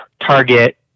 target